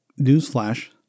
newsflash